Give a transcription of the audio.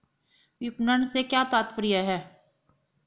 विपणन से क्या तात्पर्य है?